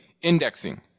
indexing